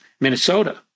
Minnesota